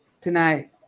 tonight